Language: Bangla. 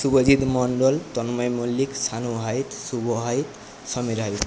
শুভজিত মন্ডল তন্ময় মল্লিক শানু হাইত শুভ হাইত সমীর হাইত